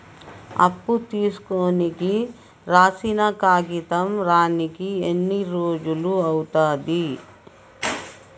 అప్పు తీసుకోనికి రాసిన కాగితం రానీకి ఎన్ని రోజులు అవుతది?